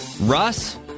Russ